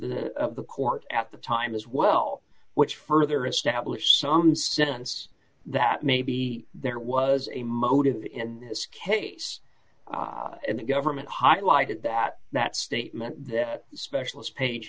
the court at the time as well which further establish some sense that maybe there was a motive in this case and the government highlighted that that statement that specialist page